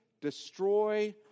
destroy